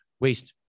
waste